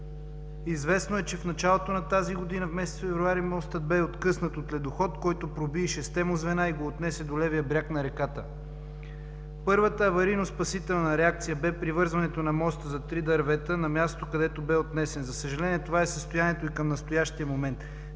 Известно е, че в началото на тази година, месец февруари, мостът бе откъснат от ледоход, който проби и шестте му звена и го отнесе до левия бряг на реката. Първата аварийно-спасителна реакция бе привързването на моста за три дървета на мястото, където бе отнесен. За съжаление, това е състоянието и към настоящия момент.